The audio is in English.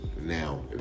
now